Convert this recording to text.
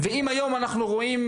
ואם היום אנחנו רואים,